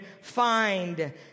find